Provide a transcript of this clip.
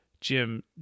Jim